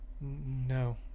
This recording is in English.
no